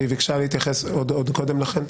והיא ביקשה להתייחס עוד קודם לכן.